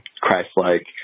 Christ-like